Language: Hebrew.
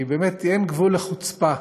כי באמת אין גבול לחוצפה.